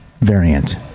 variant